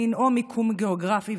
מין או מיקום גיאוגרפי,